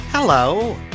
Hello